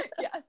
Yes